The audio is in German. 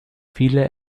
viele